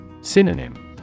Synonym